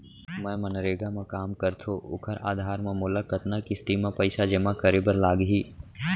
मैं मनरेगा म काम करथो, ओखर आधार म मोला कतना किस्ती म पइसा जेमा करे बर लागही?